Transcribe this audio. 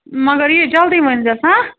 مگر یہِ جلدی ؤنۍزٮ۪س ہاں